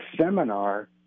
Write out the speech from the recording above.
seminar